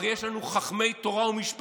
הרי יש לנו חכמי תורה ומשפט.